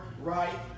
right